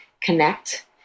connect